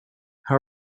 how